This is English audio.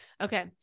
Okay